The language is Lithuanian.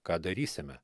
ką darysime